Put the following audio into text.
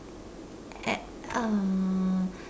a~ uh